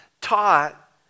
taught